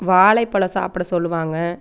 வாழைப்பழம் சாப்பிட சொல்லுவாங்க